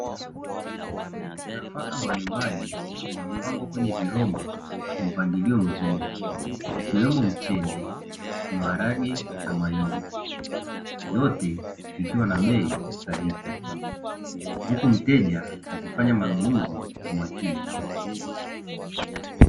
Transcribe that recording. Nafaka mbalimbali zimepangwa kwenye viroba kwa mpangilio mzuri ikiwemo: mchele, maharage na mahindi yote ikiwa na bei stahiki huku mteja akifanya manunuzi kwa makini.